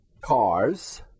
cars